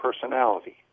personality